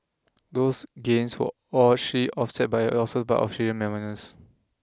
those gains were offset by losses for miners